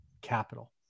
capital